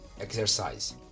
exercise